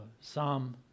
Psalm